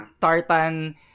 tartan